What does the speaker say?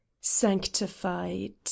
Sanctified